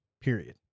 Period